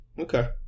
Okay